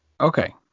Okay